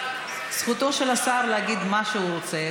זכותו של השר להגיד מה שהוא רוצה.